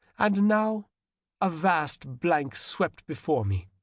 and now a vast blank swept before me,